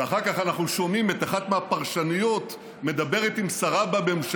ואחר כך אנחנו שומעים את אחת מהפרשניות מדברת עם שרה בממשלה,